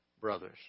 brothers